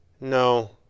No